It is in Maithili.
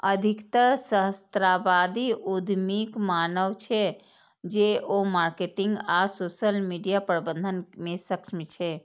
अधिकतर सहस्राब्दी उद्यमीक मानब छै, जे ओ मार्केटिंग आ सोशल मीडिया प्रबंधन मे सक्षम छै